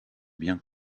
bien